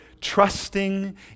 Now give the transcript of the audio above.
trusting